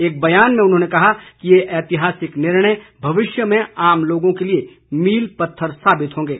एक बयान में उन्होंने कहा कि ये ऐतिहासिक निर्णय भविष्य में आम लोगों के लिए मील पत्थर साबित होंगे